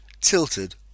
tilted